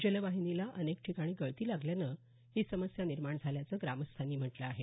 जलवाहिनीला अनेक ठिकाणी गळती लागल्यानं ही समस्या निर्माण झाल्याचं ग्रामस्थांनी म्हटलं आहे